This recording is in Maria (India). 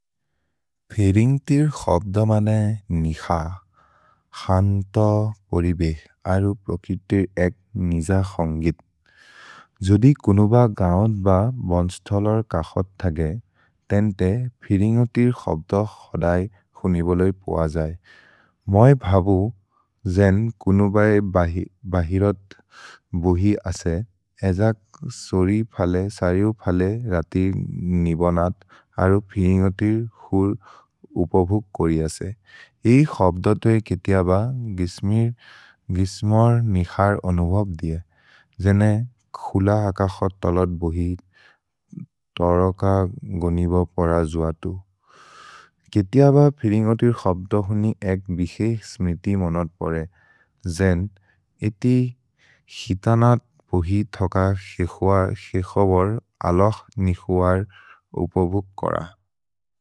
फेरिन्ग्तिर् क्सब्द मने निख, क्सन्त पोरिबे, अरु प्रक्रितिर् एक् निज क्सन्गित्। जोदि कुनुब गओन् ब बन्स्थोलोर् कखद् थगे, तेन् ते फिरिन्ग्तिर् क्सब्द क्सोदै हुनिबोलोइ पोअ जै। मए भवु, जेन् कुनुब ए बहिरत् बोहि असे, एजक् सोरि फले, सरिउ फले, रतिर् निबोनत्, अरु फिरिन्ग्तिर् क्सुर् उपभुक् कोरि असे। एइ क्सब्द तोहे केतिअ ब गिस्मोर् निखर् अनुभोब् दिए, जेने खुल अकख तलत् बोहि, तरक गोनिब परजु अतु। केतिअ ब फिरिन्ग्तिर् क्सब्द हुनि एक् बिक्से स्मिति मोनत् परे, जेन् एति हितनत् बोहि थक से क्सोबोर् अलोक्स् निखोर् उपभुक् कोर।